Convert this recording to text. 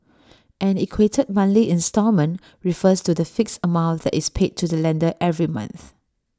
an equated monthly instalment refers to the fixed amount that is paid to the lender every month